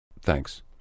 Thanks